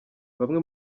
bamwe